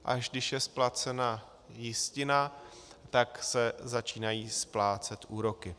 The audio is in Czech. Až když je splacena jistina, tak se začínají splácet úroky.